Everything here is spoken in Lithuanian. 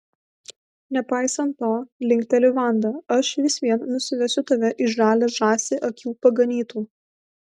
nepaisant to linkteli vanda aš vis vien nusivesiu tave į žalią žąsį akių paganytų